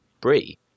brie